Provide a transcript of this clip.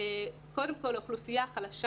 קודם כל, אוכלוסייה חלשה